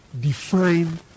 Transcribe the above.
define